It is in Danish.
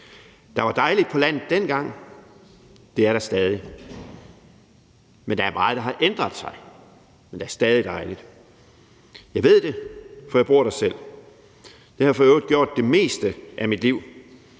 Der var dejligt på landet dengang. Det er der stadig. Der er meget, der har ændret sig, men der er stadig dejligt. Jeg ved det, for jeg bor der selv. Det har jeg for øvrigt gjort det meste af mit liv.